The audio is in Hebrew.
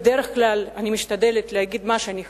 בדרך כלל אני משתדלת להגיד מה שאני חשה,